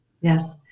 yes